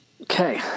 okay